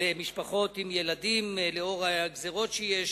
למשפחות עם ילדים לאור הגזירות שיש,